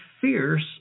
fierce